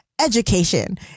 education